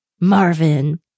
Marvin